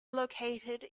located